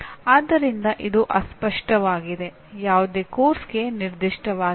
ಆದ್ದರಿಂದ ಇದು ಅಸ್ಪಷ್ಟವಾಗಿದೆ ಯಾವುದೇ ಪಠ್ಯಕ್ರಮಕ್ಕೆ ನಿರ್ದಿಷ್ಟವಾಗಿಲ್ಲ